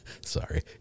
Sorry